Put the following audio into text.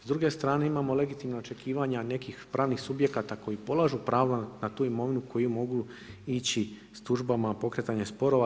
S druge strane imamo legitimna očekivanja, nekih pravnih subjekata, koji polažu pravu na tu imovinu, koja mogu ići s tužbama pokretanja sporova.